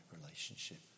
relationship